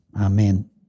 Amen